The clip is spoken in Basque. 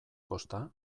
kosta